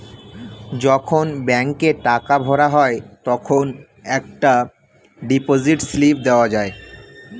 যখন ব্যাংকে টাকা ভরা হয় তখন একটা ডিপোজিট স্লিপ দেওয়া যায়